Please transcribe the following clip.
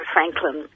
Franklin